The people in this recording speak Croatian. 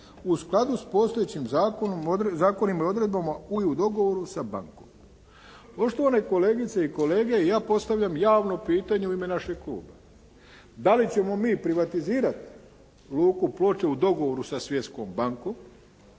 u skladu s postojećim zakonima i odredbama u dogovoru sa bankom. Poštovane kolegice i kolege ja postavljam javno pitanje u ime našeg kluba. Da li ćemo mi privatizirati Luku Ploče u dogovoru sa Svjetskom bankom